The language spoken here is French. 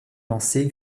lancer